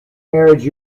marriage